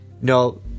no